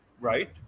Right